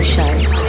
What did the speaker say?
Show